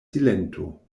silento